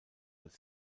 als